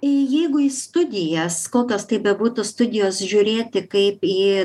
jeigu į studijas kokios tai bebūtų studijos žiūrėti kaip į